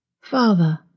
Father